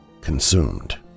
consumed